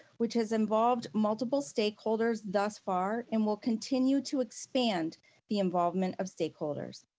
which has involved multiple stakeholders thus far and will continue to expand the involvement of stakeholders.